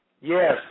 Yes